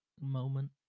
moment